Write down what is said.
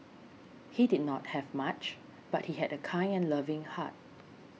he did not have much but he had a kind and loving heart